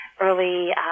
early